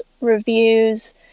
reviews